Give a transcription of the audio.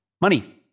money